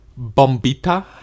Bombita